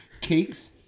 Cakes